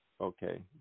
Okay